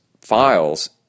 files